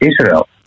Israel